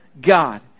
God